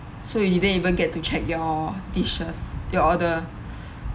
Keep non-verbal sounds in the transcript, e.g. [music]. so you didn't even get to check your dishes your order [breath]